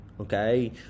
okay